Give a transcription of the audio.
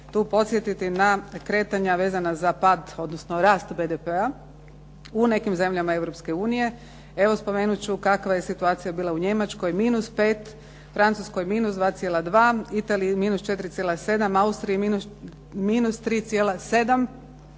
tu podsjetiti na kretanja vezana za pad odnosno rast BDP-a u nekim zemljama Europske unije. Evo, spomenut ću kakva je situacija bila u Njemačkoj -5, Francuskoj -2,2, Italiji -4,7, Austriji -3,7,